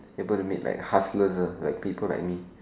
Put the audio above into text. able to meet like hustlers uh like people like me